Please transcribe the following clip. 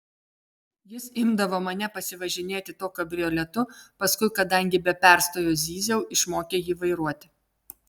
jis imdavo mane pasivažinėti tuo kabrioletu paskui kadangi be perstojo zyziau išmokė jį vairuoti